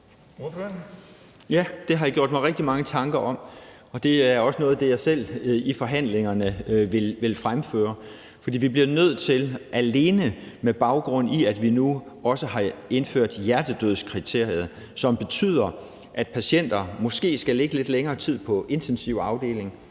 Ja, det har jeg gjort mig rigtig mange tanker om, for det er også noget af det, jeg selv vil fremføre i forhandlingerne. Vi bliver nødt til at gøre noget, alene med baggrund i at vi nu også har indført hjertedødskriteriet, som betyder, at patienter måske skal ligge lidt længere tid på intensiv afdeling.